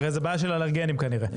הרי זה בעיה של אלרגנים כנראה.